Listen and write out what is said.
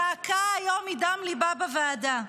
זעקה היום מדם ליבה בוועדה.